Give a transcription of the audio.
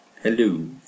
Hello